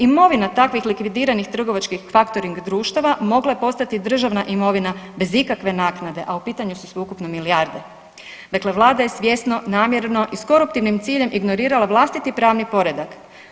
Imovina takvih likvidiranih trgovačkih faktoring društava mogla je postati državna imovina bez ikakve naknade, a u pitanju su sveukupno milijarde, dakle Vlada je svjesno, namjerno i s koruptivnim ciljem ignorirala vlastiti pravni poredak.